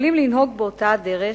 יכולים לנהוג באותה הדרך